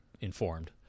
informed